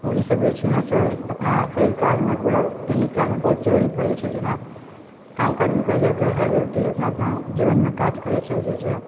ई सब बेचनेसँ अपना अइ काजमे पूरा दैनिक काजमे बहुत जरूरी पड़ै छै जेना कामकाजमे कहल जाए छै हर व्यक्ति अपना आपमे जीवनमे काज करै छै जइसे